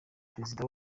perezida